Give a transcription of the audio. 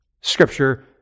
Scripture